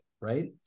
Right